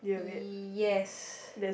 yes